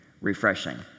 refreshing